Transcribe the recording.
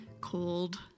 cold